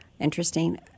Interesting